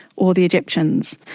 or the egyptians,